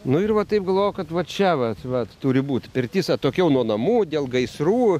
nu ir va taip galvojau kad va čia vat vat turi būt pirtis atokiau nuo namų dėl gaisrų